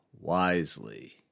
wisely